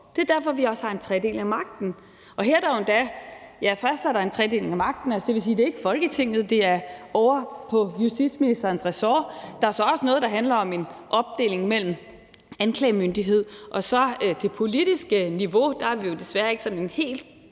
Det er derfor, vi også har en tredeling af magten. Først er der en tredeling af magten, det vil sige, at det ikke er under Folketinget; det er ovre under Justitsministerens ressort. Der er så også noget, der handler om en opdeling mellem anklagemyndighed og det politiske niveau. Der har vi jo desværre ikke en helt